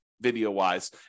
video-wise